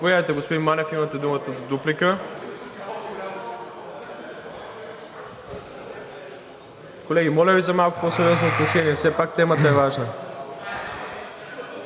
господин Манев, имате думата за дуплика. Колеги, моля Ви за малко по-сериозно отношение. Все пак темата е важна.